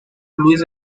luis